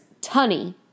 Tunny